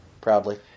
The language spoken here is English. proudly